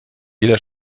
jeder